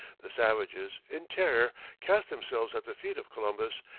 the savages in terror cast themselves at the feet of columbus,